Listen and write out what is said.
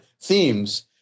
themes